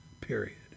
Period